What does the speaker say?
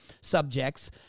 subjects